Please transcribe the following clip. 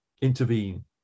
intervene